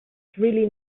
really